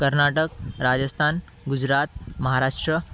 Karnataka Rajasthan Gujarat Maharashtra